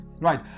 right